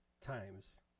times